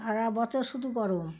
সারা বছর শুধু করো